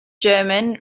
german